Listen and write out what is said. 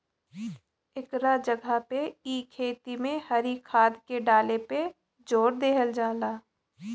एकरा जगह पे इ खेती में हरी खाद के डाले पे जोर देहल जाला